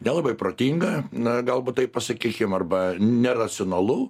nelabai protinga na galbūt taip pasakykim arba neracionalu